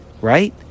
right